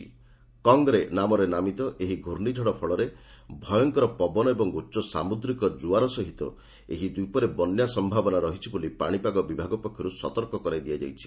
'Kong Rey' ନାମରେ ନାମିତ ଏହି ଘୂର୍ଣ୍ଣିଝଡ଼ ଫଳରେ ଭୟଙ୍କର ପବନ ଉଚ୍ଚ ସାମୁଦ୍ରିକ ଜ୍ଜୁଆର ସହିତ ଏହି ଦ୍ୱୀପରେ ବନ୍ୟା ସମ୍ଭାବନା ରହିଛି ବୋଲି ପାଣିପାଗ ବିଭାଗ ପକ୍ଷରୁ ସତର୍କ କରାଇ ଦିଆଯାଇଛି